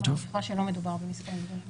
מעריכה שלא מדובר במספרים גדולים.